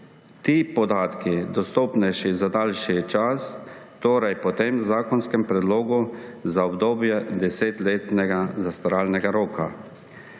ti podatki dostopnejši za daljši čas, torej po tem zakonskem predlogu za obdobje desetletnega zastaralnega roka.